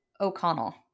O'Connell